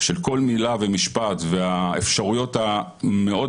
של כל מילה ומשפט והאפשרויות המאוד